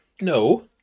No